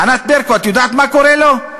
ענת ברקו, את יודעת מה קורה לו?